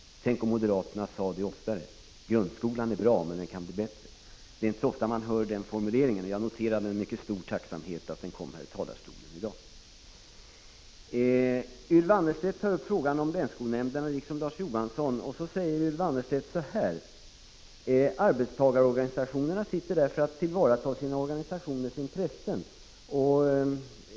Tänk om moderaterna sade det oftare: Grundskolan är bra, men den kan bli bättre. Det är inte så ofta man hör den formuleringen, och jag noterade med stor tacksamhet att den kom från talarstolen här i dag. Liksom Larz Johansson tog Ylva Annerstedt upp frågan om länsskolnämnderna, och sedan sade hon att representanterna för arbetstagarorganisationerna sitter där för att tillvarata sina organisationers intressen.